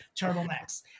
turtlenecks